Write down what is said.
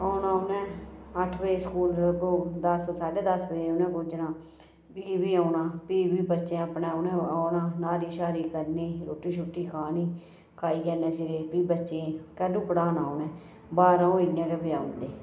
औना उनें अट्ठ बजे स्कूल दस साढ्ढे दस बजे उनें पुजना फ्ही बी औना फ्ही बी बच्चें अपना उनें औना न्हारी श्हारी करनी रुट्टी शुट्टी खानी खाइयै इन्ने चिरें फ्ही बच्चें गी कैल्लू पढ़ाना उ'नें बारां ओह् इ'यां गै बजाई उड़दे